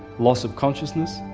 loss of consciousness